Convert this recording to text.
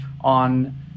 on